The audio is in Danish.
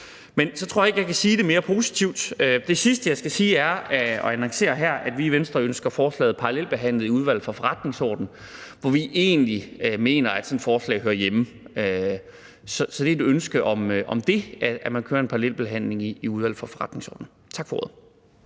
Men så tror jeg ikke, at jeg kan sige det mere positivt. Det sidste, jeg skal sige og annoncere her, er, at vi i Venstre ønsker forslaget parallelbehandlet i Udvalget for Forretningsordenen, hvor vi mener, at et sådant forslag egentlig hører hjemme. Så det er et ønske om det, altså at man kører en parallelbehandling i Udvalget for Forretningsordenen. Tak for ordet.